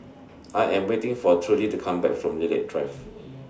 I Am waiting For Trudi to Come Back from Lilac Drive